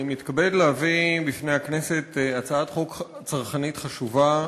אני מתכבד להביא בפני הכנסת הצעת חוק צרכנית חשובה.